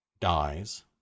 dies